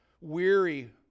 weary